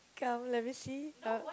come let me see uh